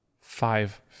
five